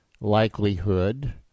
likelihood